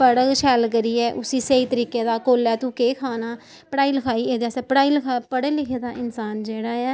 पढ़ग शैल करियै उस्सी स्हेई तरीके दा कोल्लै तूं केह् खाना पढ़ाई लखाई एह्दे आस्तै पढ़ाई लखा पढ़े लिखे दा इन्सान जेह्ड़ा ऐ